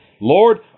Lord